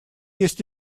есть